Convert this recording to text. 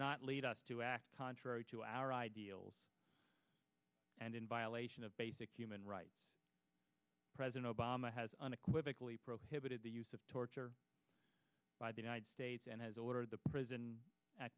not lead us to act contrary to our ideals and in violation of basic human rights president obama has unequivocally prohibited the use of torture by the united states and has ordered the prison at